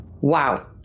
Wow